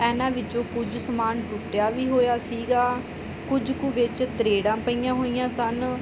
ਇਹਨਾਂ ਵਿੱਚੋਂ ਕੁਝ ਸਮਾਨ ਟੁੱਟਿਆ ਵੀ ਹੋਇਆ ਸੀਗਾ ਕੁਝ ਕੁ ਵਿੱਚ ਤਰੇੜਾਂ ਪਈਆਂ ਹੋਈਆਂ ਸਨ